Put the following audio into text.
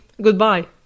goodbye